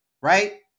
right